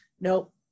nope